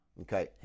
Okay